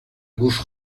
gauche